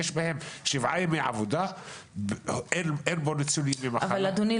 יש בהם שבעה ימי עבודה --- אבל אדוני,